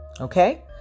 Okay